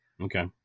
okay